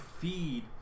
feed